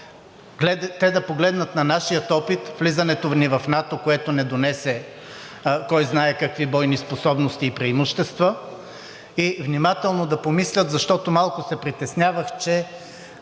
те да погледнат на нашия опит – влизането ни в НАТО, което не донесе кой знае какви бойни способности и преимущества, и внимателно да помислят, защото малко се притеснявах, че